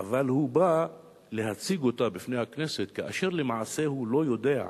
אבל הוא בא להציג אותה בפני הכנסת כאשר למעשה הוא לא יודע,